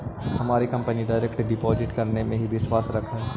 हमारी company direct deposit करने में ही विश्वास रखअ हई